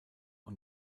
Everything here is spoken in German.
und